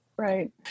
Right